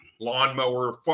lawnmower